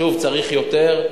שוב, צריך יותר,